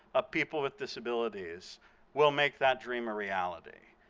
of people with disabilities will make that dream a reality.